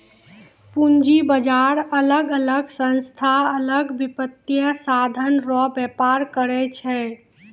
पूंजी बाजार अलग अलग संस्था अलग वित्तीय साधन रो व्यापार करै छै